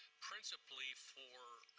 principally for